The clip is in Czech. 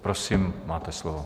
Prosím, máte slovo.